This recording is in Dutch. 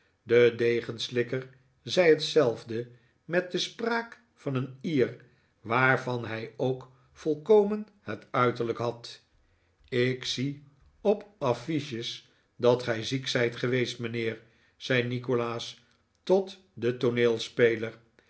de degenslikker zei hetzelfde met de spraak van een ier waarvan hij ook volkomen het uiterlijk had ik zie op de affiches dat gij ziek zijt geweest mijnheer zei nikolaas tot den tooneelspeler